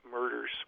murders